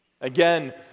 Again